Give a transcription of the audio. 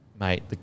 Mate